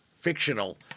fictional